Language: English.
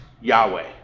Yahweh